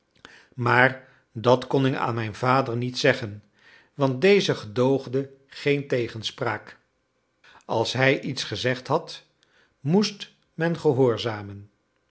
maar dat kon ik aan mijn vader niet zeggen want deze gedoogde geen tegenspraak als hij iets gezegd had moest men gehoorzamen